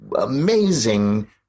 amazing